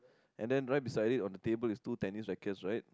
and then right beside it on the table is two tennis rackets right